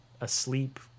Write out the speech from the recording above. asleep